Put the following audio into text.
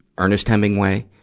ernest hemingway.